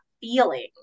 feeling